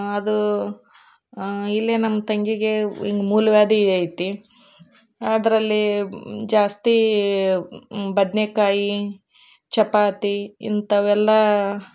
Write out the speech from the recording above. ಅದು ಇಲ್ಲಿ ನಮ್ಮ ತಂಗಿಗೆ ಇದು ಮೂಲವ್ಯಾಧಿ ಐತಿ ಅದರಲ್ಲಿ ಜಾಸ್ತಿ ಬದನೆಕಾಯಿ ಚಪಾತಿ ಇಂಥವೆಲ್ಲ